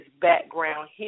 background